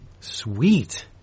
Sweet